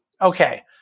Okay